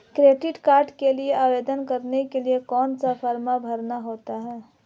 Credit card के लिए आवेदन करने के लिए कौन सा फॉर्म भरना होता है?